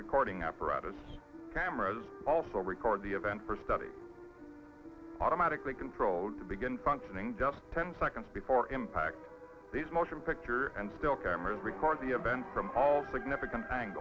recording apparatus cameras also record the event for study automatically controlled to begin functioning just ten seconds before impact this motion picture and still cameras record the event from all significant